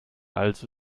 also